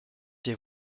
des